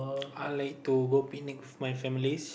I'll like to go Penang with my families